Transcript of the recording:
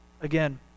again